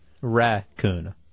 Raccoon